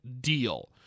deal